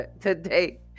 Today